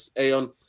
Aeon